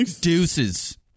deuces